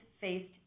faced